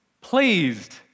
pleased